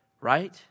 right